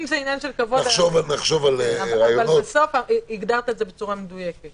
אבל בסוף הגדרת את זה בצורה מדויקת